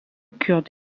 kurde